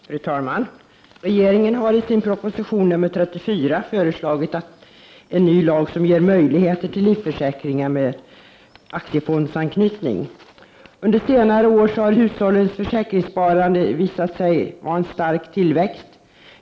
Fru talman! Regeringen har i sin proposition 34 föreslagit en ny lag, som ger möjlighet till livförsäkringar med aktiefondsanknytning. Under senare år har hushållens försäkringssparande visat sig ha en stark tillväxt.